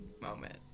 moment